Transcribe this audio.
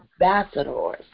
ambassadors